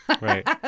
right